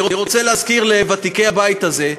אני רוצה להזכיר לוותיקי הבית הזה,